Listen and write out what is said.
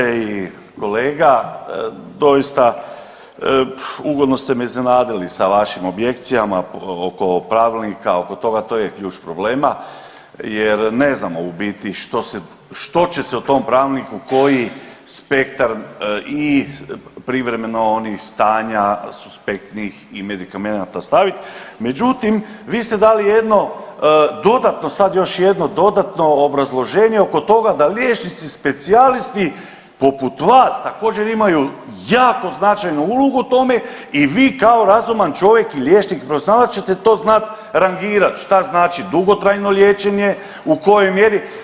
Poštovani doktore i kolega, doista ugodno ste me iznenadili sa vašim objekcijama oko pravilnika, oko toga, to je ključ problema jer ne znamo u biti što će se u tom pravilniku, koji spektar i privremeno onih stanja suspektnih i medikamenata staviti, međutim vi ste dali jedno dodatno, sad još jedno dodatno sad još jedno dodatno obrazloženje oko toga da liječnici specijalisti poput vas također imaju jako značajnu ulogu u tome i vi kao razuman čovjek i liječnik poznavat ćete to znati rangirat, šta znači dugotrajno liječenje u kojoj mjeri.